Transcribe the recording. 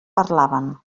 parlaven